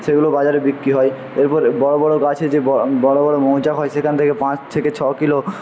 সেগুলো বাজারে বিক্রি হয় এরপর বড়ো বড়ো গাছের যে বড়ো বড়ো মৌচাক হয় সেখান থেকে পাঁচ থেকে ছ কিলো